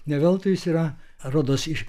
ne veltui jis yra rodos iš